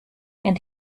and